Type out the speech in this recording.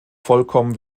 vollkommen